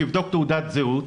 תבדוק תעודת זהות,